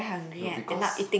no because